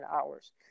hours